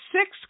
six